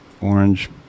orange